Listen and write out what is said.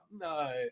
No